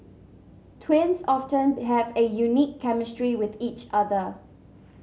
twins often have a unique chemistry with each other